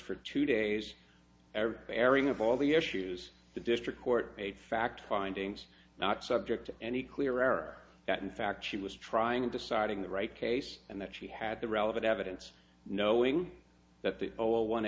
for two days every airing of all the issues the district court a fact findings not subject to any clearer that in fact she was trying and deciding the right case and that she had the relevant evidence knowing that the old one